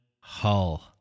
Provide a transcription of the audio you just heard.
Hull